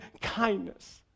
kindness